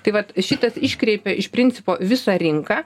tai vat šitas iškreipia iš principo visą rinką